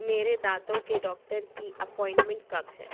میرے دانتوں کے ڈاکٹر کی اپوائنٹمنٹ کب ہے